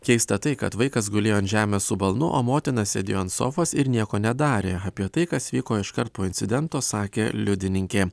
keista tai kad vaikas gulėjo ant žemės su balnu o motina sėdėjo ant sofos ir nieko nedarė apie tai kas vyko iškart po incidento sakė liudininkė